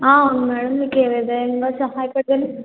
ఆ అవును మేడం మీకు ఏ విధంగా సహాయపడగలను